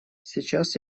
сейчас